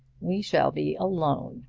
we shall be alone,